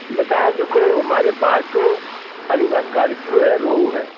बताए देखो हमारे पास तो पहली बात है रोहू है